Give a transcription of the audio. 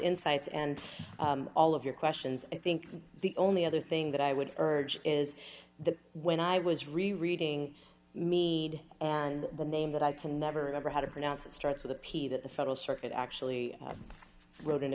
insights and all of your questions i think the only other thing that i would urge is that when i was really reading me and the name that i can never ever how to pronounce it starts with a p that the federal circuit actually wrote an